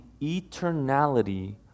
eternality